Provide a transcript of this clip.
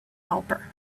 helper